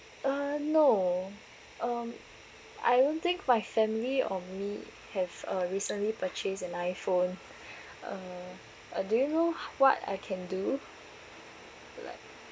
uh no um I don't think my family or me have uh recently purchased an iPhone uh uh do you know h~ what I can do like